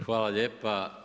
Hvala lijepa.